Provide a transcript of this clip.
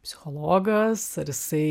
psichologas ar jisai